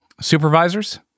supervisors